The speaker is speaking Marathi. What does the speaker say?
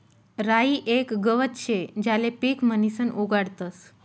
राई येक गवत शे ज्याले पीक म्हणीसन उगाडतस